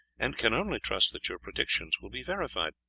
and can only trust that your predictions will be verified.